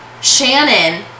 shannon